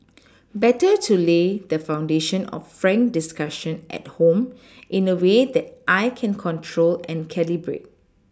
better to lay the foundation of frank discussion at home in a way that I can control and calibrate